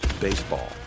Baseball